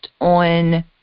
on